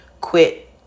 quit